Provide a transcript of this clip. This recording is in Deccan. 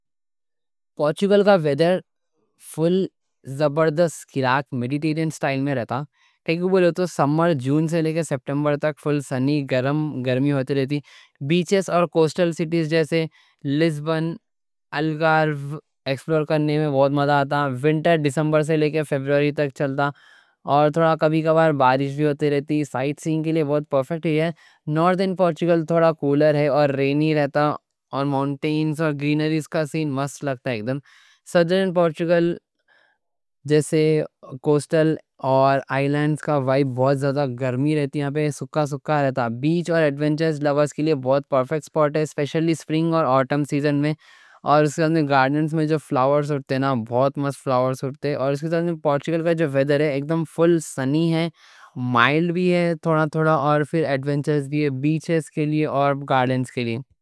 پورچگل کا ویڈر فل زبردست، میڈیٹرین سٹائل میں رہتا، کیوں بولے تو سمر جون سے لے کے ستمبر تک فل سنی، گرم گرمی ہوتے رہتی۔ بیچز اور کوسٹل سٹیز جیسے لزبن، الگارو ایکسپلور کرنے میں بہت مزہ آتا۔ ونٹر دسمبر سے لے کے فیبروری تک چلتا، اور کبھی کبھار تھوڑا بارش بھی ہوتے رہتی، سائٹ سینگ کے لیے بہت پرفیکٹ ہی ہے۔ ناردن پورچگل تھوڑا کولر ہے، رینی رہتا، اور ماؤنٹینز اور گرینری کا سین مست لگتا۔ سدرن پورچگل میں، جیسے کوسٹل اور آئی لینڈز کا وائب، بہت زیادہ گرمی رہتی، سوکھا سوکھا رہتا۔ بیچ اور ایڈونچرز لوورز کے لیے بہت پرفیکٹ سپاٹ ہے، اسپیشلی سپرنگ اور آٹم سیزن میں۔ اور اس کے ساتھ میں گارڈنز میں جو فلاورز ہوتے ہیں، بہت مست فلاورز ہوتے ہیں۔ اس کے ساتھ میں پورچگل کا جو ویڈر ہے، ایک دم فل سنی ہے، مائلڈ بھی ہے تھوڑا تھوڑا۔ پھر ایڈونچرز بھی ہے بیچز کے لیے اور گارڈنز کے لیے۔